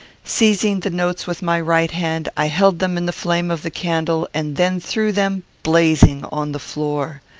seizing the notes with my right hand, i held them in the flame of the candle, and then threw them, blazing, on the floor.